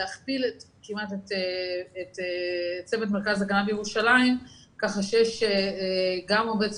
להכפיל כמעט את צוות מרכז ההגנה בירושלים כך שיש גם עובד סוציאלי,